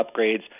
upgrades